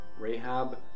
Rahab